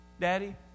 Daddy